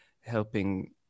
helping